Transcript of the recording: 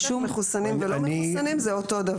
מחוסנים ולא מחוסנים זה אותו דבר.